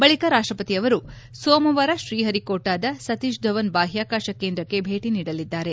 ಬಳಕ ರಾಷ್ಷಪತಿ ಅವರು ಸೋಮವಾರ ಶ್ರೀಹರಿಕೋಟಾದ ಸತೀಶ್ ಧವನ್ ಬಾಹ್ಯಾಕಾಶ ಕೇಂದ್ರಕ್ಕೆ ಭೇಟ ನೀಡಲಿದ್ದಾರೆ